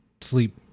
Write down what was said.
Sleep